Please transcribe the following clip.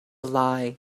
lie